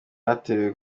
haherewe